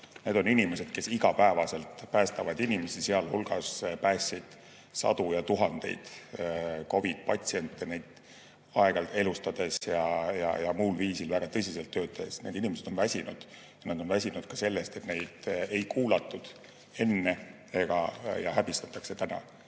Need on inimesed, kes igapäevaselt päästavad inimesi, sealhulgas päästsid sadu ja tuhandeid COVID‑i patsiente neid aeg-ajalt elustades ja muul viisil väga tõsiselt tööd tehes. Need inimesed on väsinud ja nad on väsinud ka sellest, et neid ei kuulatud enne ja häbistatakse täna.